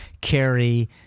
carry